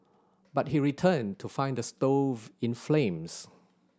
but he returned to find the stove in flames